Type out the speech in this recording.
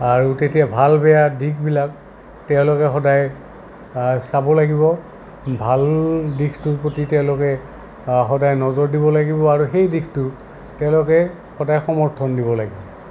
আৰু তেতিয়া ভাল বেয়া দিশবিলাক তেওঁলোকে সদায় চাব লাগিব ভাল দিশটোৰ প্ৰতি তেওঁলোকে সদায় নজৰ দিব লাগিব আৰু সেই দিশটো তেওঁলোকে সদায় সমৰ্থন দিব লাগিব